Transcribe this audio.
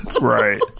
right